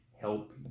help